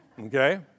okay